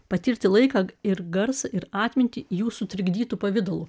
patirti laiką ir garsą ir atmintį jų sutrikdytu pavidalu